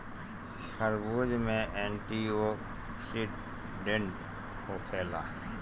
खरबूज में एंटीओक्सिडेंट होखेला